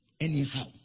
Anyhow